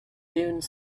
dune